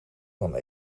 van